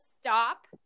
stop